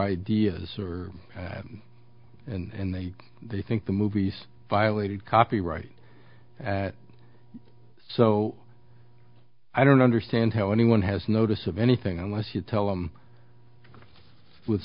ideas are bad and they they think the movies violated copyright at so i don't understand how anyone has notice of anything unless you tell them with